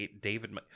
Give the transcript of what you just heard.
David